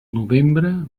novembre